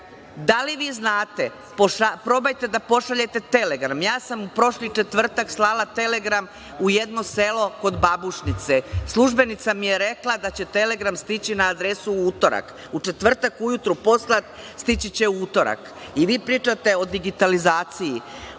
trećini države. Probajte da pošaljete telegram. Prošli četvrtak sam slala telegram u jedno selo kod Babušnice. Službenica mi je rekla da će telegram stići na adresu u utorak, u četvrtak ujutru poslat, stići će u utorak. I vi pričate o digitalizaciji.